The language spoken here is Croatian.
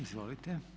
Izvolite.